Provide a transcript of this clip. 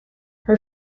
her